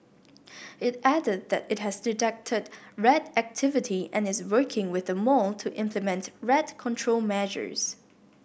it added that it has detected rat activity and is working with the mall to implement rat control measures